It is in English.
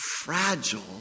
fragile